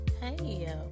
Hey